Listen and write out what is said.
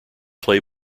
play